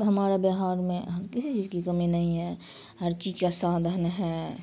ہمارا بہار میں ہم کسی چیز کی کمی نہیں ہے ہر چیج کا سادھن ہیں